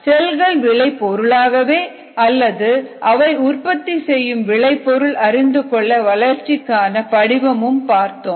செல்களை விளை பொருளாகவோ அல்லது அவை உற்பத்தி செய்யும் விளைபொருள் அறிந்துகொள்ள வளர்ச்சிக்கான படிவமும் பார்த்தோம்